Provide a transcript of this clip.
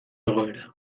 egoera